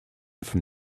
from